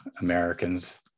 Americans